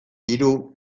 hiru